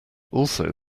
also